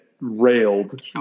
railed